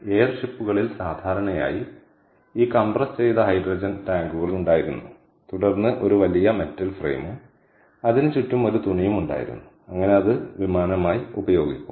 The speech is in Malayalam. എയർ ഷിപ്പുകളിൽ സാധാരണയായി ഈ കംപ്രസ് ചെയ്ത ഹൈഡ്രജൻ ടാങ്കുകൾ ഉണ്ടായിരുന്നു തുടർന്ന് ഒരു വലിയ മെറ്റൽ ഫ്രെയിമും അതിനു ചുറ്റും ഒരു തുണിയും ഉണ്ടായിരുന്നു അങ്ങനെ അത് വിമാനമായി ഉപയോഗിക്കും